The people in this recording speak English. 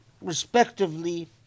respectively